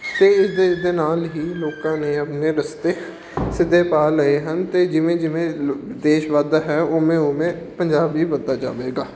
ਅਤੇ ਇਸ ਦੇ ਇਸ ਦੇ ਨਾਲ ਹੀ ਲੋਕਾਂ ਨੇ ਆਪਣੇ ਰਸਤੇ ਸਿੱਧੇ ਪਾ ਲਏ ਹਨ ਅਤੇ ਜਿਵੇਂ ਜਿਵੇਂ ਦੇਸ਼ ਵੱਧਦਾ ਹੈ ਉਵੇਂ ਉਵੇਂ ਪੰਜਾਬ ਵੀ ਵੱਧਦਾ ਜਾਵੇਗਾ